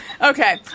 Okay